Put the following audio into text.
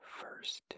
first